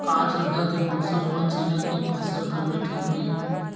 का ठंडा के मौसम म चना के फसल करना ठीक होही?